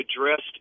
addressed